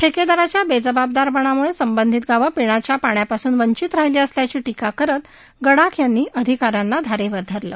ठेकेदाराच्या बेजबाबदारपणामुळे संबधीत गावं पिण्याच्या पाण्यापासून वंचित राहिल्याची टीका करत गडाख यांनी अधिका यांना धारेवर धरलं